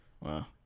Wow